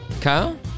Kyle